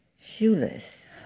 shoeless